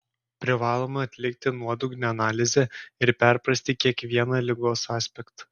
privalome atlikti nuodugnią analizę ir perprasti kiekvieną ligos aspektą